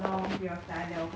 oh ya you that time